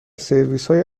سرویسهای